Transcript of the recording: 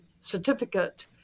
certificate